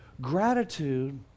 gratitude